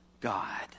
God